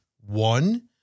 one